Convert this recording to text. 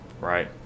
Right